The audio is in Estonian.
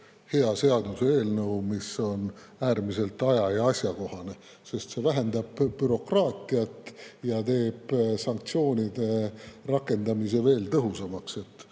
hea seaduseelnõu, mis on äärmiselt aja- ja asjakohane, sest see vähendab bürokraatiat ja teeb sanktsioonide rakendamise veel tõhusamaks.